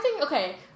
okay